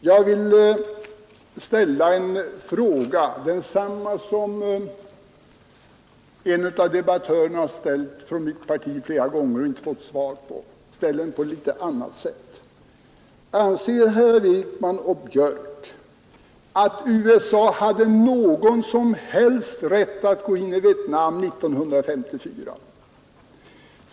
Jag vill ställa samma fråga som en av debattörerna från mitt parti har ställt flera gånger men inte fått svar på, men jag skall ställa den på ett litet annat sätt: Anser herrar Wijkman och Björck att USA hade någon som helst rätt att gå in i Vietnam 1954?